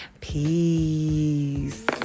Peace